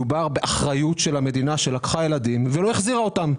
מדובר באחריות של המדינה שלקחה ילדים ולא החזירה אותם.